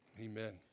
Amen